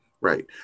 Right